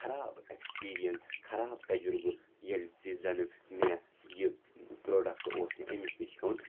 خَراب اٮ۪کٕسپیٖریَن خراب تجرُبہٕ ییٚلہِ ژِ زَنہٕ مےٚ یہِ پرٛوڈَکٹ اوس نہٕ أمِس نِش ہیوٚن